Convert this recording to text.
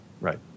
Right